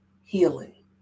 Healing